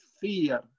fear